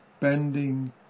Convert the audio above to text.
bending